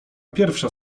pierwsza